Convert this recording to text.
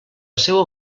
seua